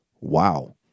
Wow